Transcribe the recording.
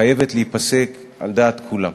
חייבת להיפסק, על דעת כולם.